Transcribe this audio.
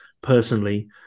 personally